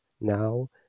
now